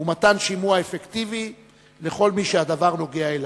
ומתן שימוע אפקטיבי לכל מי שהדבר נוגע אליו.